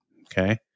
okay